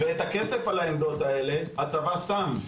את הכסף על העמדות האלה הצבא שם,